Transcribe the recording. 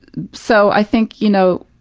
so, i think, you know,